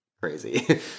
crazy